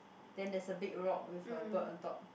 then there's a big rock with a bird on top